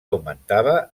augmentava